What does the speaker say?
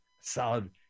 solid